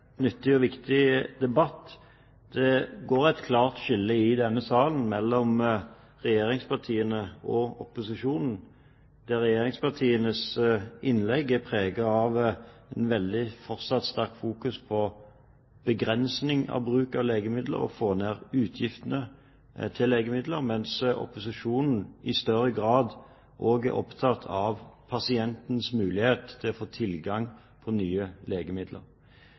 nyttig og viktig debatt. Det går et klart skille i denne salen mellom regjeringspartiene og opposisjonen, der regjeringspartienes innlegg er preget av et fortsatt veldig sterkt fokus på begrensning av bruk av legemidler og av å få ned utgiftene til legemidler, mens opposisjonen i større grad også er opptatt av pasientens mulighet til å få tilgang til nye